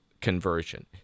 conversion